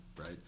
Right